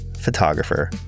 photographer